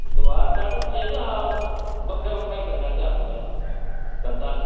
दवार चाढ़ी ओडचै जां बक्खरै बक्खरै करी लैह्चे अपनियां कंधांऽ